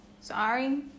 sorry